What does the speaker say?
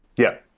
yeah.